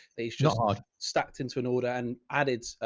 they've just. stacked into an order and add, it's a,